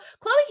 Chloe